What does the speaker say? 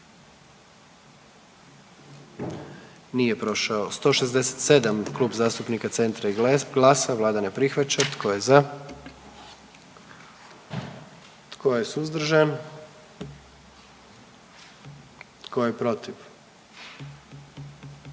dio zakona. 44. Kluba zastupnika SDP-a, vlada ne prihvaća. Tko je za? Tko je suzdržan? Tko je protiv?